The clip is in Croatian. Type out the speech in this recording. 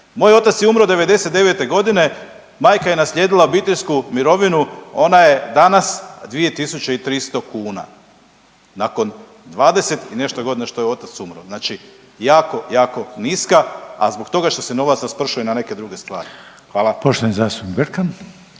Moj otac je umro '99.g., majka je naslijedila obiteljsku mirovinu, ona je danas 2.300 kuna, nakon 20 i nešto godina što je otac umro, znači jako jako niska, a zbog toga što se novac raspršuje na neke druge stvari. Hvala. **Reiner,